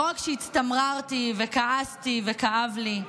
לא רק שהצטמררתי וכעסתי וכאב לי,